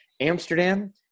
Amsterdam